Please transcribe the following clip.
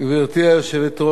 גברתי היושבת-ראש,